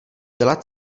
byla